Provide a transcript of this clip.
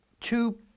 two